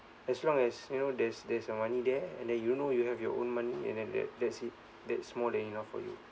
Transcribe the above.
as long as you know there's there's a money there and then you know you have your own money and then that that's it that's more than enough for you